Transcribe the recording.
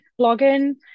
blogging